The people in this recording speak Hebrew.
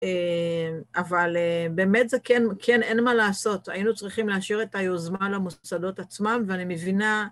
אבל באמת זה כן, כן אין מה לעשות, היינו צריכים להשאיר את היוזמה למוסדות עצמם ואני מבינה